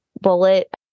bullet